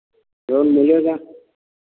loan मिलेगा